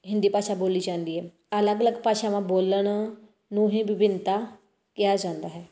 ਹਿੰਦੀ ਭਾਸ਼ਾ ਬੋਲੀ ਜਾਂਦੀ ਹੈ ਅਲੱਗ ਅਲੱਗ ਭਾਸ਼ਾਵਾਂ ਬੋਲਣ ਨੂੰ ਹੀ ਵਿਭਿੰਨਤਾ ਕਿਹਾ ਜਾਂਦਾ ਹੈ